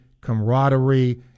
camaraderie